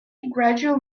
gradual